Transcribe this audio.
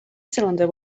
cylinder